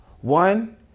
One